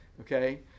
okay